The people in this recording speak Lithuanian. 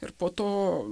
ir po to